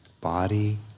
body